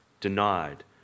denied